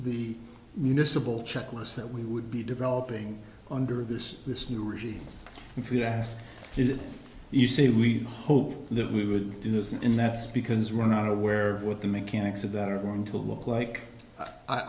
the municipal checklists that we would be developing under this this new regime if you ask is it you say we hope we would do this and that's because we're not aware what the mechanics of that are going to look like